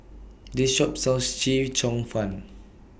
This Shop sells Chee Cheong Fun